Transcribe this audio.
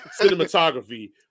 cinematography